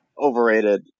Overrated